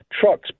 trucks